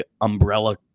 umbrella